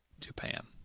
Japan